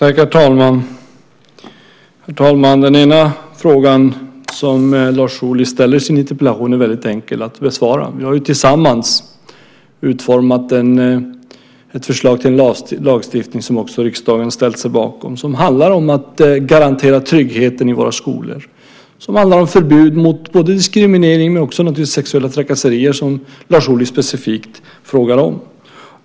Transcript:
Herr talman! Den ena frågan som Lars Ohly ställer i sin interpellation är väldigt enkel att besvara. Vi har ju tillsammans utformat ett förslag till lagstiftning, som också riksdagen ställt sig bakom, som handlar om att garantera tryggheten i våra skolor. Det handlar om förbud mot både diskriminering och sexuella trakasserier, som Lars Ohly specifikt frågar om.